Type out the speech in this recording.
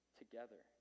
together